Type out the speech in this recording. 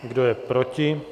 Kdo je proti?